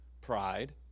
Pride